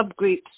subgroups